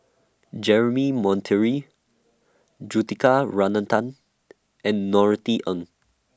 Jeremy Monteiro Juthika and Norothy Ng